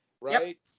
right